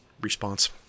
response